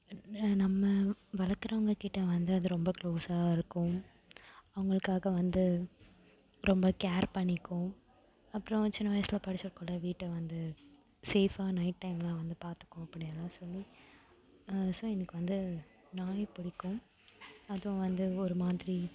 இப்போ நம்ம வளர்க்கறவங்ககிட்ட வந்து அது ரொம்ப க்ளோசாக இருக்கும் அவங்களுக்காக வந்து ரொம்ப கேர் பண்ணிக்கும் அப்புறம் சின்ன வயதுல படிச்சிருக்கோம்ல வீட்டை வந்து சேஃபாக நைட் டைம்லாம் வந்து பார்த்துக்கும் அப்படில்லாம் சொல்லி சோ எனக்கு வந்து நாய் பிடிக்கும் அதுவும் வந்து ஒரு மாதிரி